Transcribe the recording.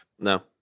No